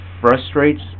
frustrates